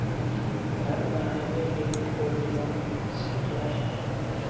घर बनावे ले कोई लोनमिल सकले है?